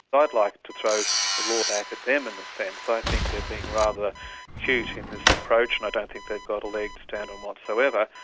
i'd like to throw the law back at them in a sense, i think they're being rather cute in this approach and i don't think they've got a leg to stand on whatsoever.